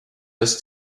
das